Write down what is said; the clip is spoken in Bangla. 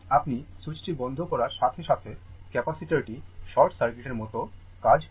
আপনি সুইচটি বন্ধ করার সাথে সাথে ক্যাপাসিটারটি শর্ট সার্কিটের মতো কাজ করে